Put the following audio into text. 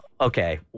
okay